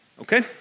okay